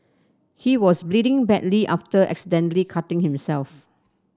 he was bleeding badly after accidentally cutting himself